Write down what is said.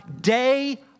day